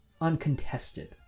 uncontested